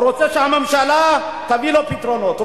הוא רוצה שהממשלה תביא לו פתרונות.